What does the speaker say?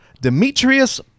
Demetrius